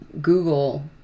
Google